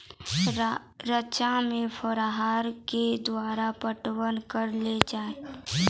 रचा मे फोहारा के द्वारा पटवन करऽ लो जाय?